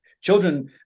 children